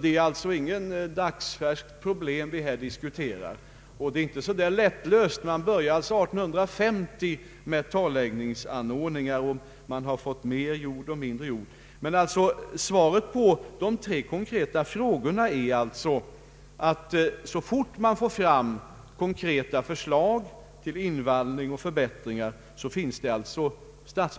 Det är alltså inget dagsfärskt problem vi diskuterar, och det är ingalunda lättlöst. Torrläggningsföretagen började år 1850. Ibland har de givit mera jord och ibland mindre. Svaret på de tre frågor herr Svanström ställde i dag är alltså att så snart det kommer fram konkreta förslag till invallning och andra förbättringar finns det